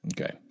Okay